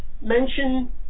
mention